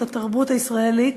את התרבות הישראלית,